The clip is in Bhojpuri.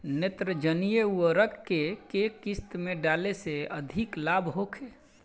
नेत्रजनीय उर्वरक के केय किस्त में डाले से अधिक लाभ होखे?